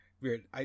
weird